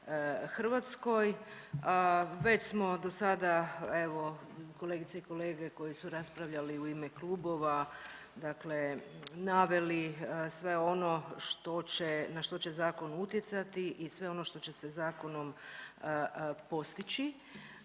u RH. Već smo dosada evo kolegice i kolege koji su raspravljali u ime klubova, dakle naveli sve ono što će, na što će zakon utjecati i sve ono što će se zakonom postići,